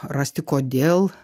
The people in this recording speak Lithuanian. rasti kodėl